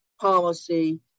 policy